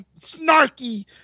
snarky